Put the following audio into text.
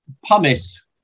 pumice